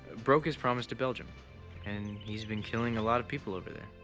broke his promise to belgium and he's been killing a lot of people over there.